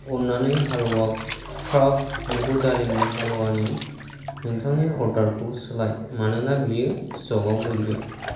अन्नानै हाल्वा क्राफ्ट मुगु दालिनि हालवानि नोंथांनि अर्डार खौ सोलाय मानोना बेयो स्टक आव गैलिया